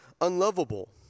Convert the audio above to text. unlovable